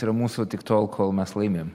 tai yra mūsų tik tol kol mes laimim